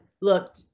look